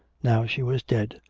now she was dead.